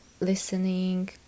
listening